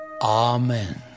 Amen